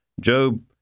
Job